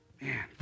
man